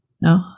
No